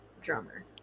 drummer